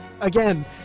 again